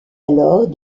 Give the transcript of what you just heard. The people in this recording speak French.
alors